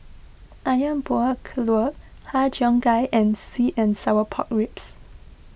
Ayam Buah Keluak Har Cheong Gai and Sweet and Sour Pork Ribs